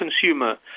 consumer